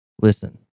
Listen